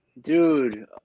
dude